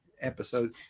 episode